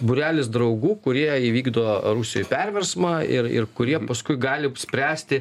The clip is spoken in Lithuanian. būrelis draugų kurie įvykdo rusijoj perversmą ir ir kurie paskui gali spręsti